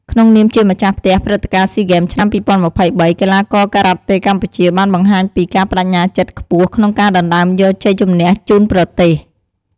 ក្នុងនាមជាម្ចាស់ផ្ទះព្រឹត្តិការណ៍ស៊ីហ្គេមឆ្នាំ ២០២៣ កីឡាករការ៉ាតេកម្ពុជាបានបង្ហាញពីការប្ដេជ្ញាចិត្តខ្ពស់ក្នុងការដណ្តើមយកជ័យជម្នះជូនប្រទេស។។